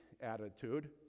attitude